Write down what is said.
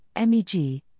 MEG